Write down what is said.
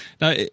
Now